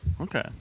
Okay